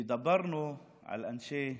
ודיברנו על אנשי הנגב,